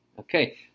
Okay